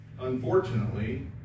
unfortunately